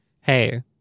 Hey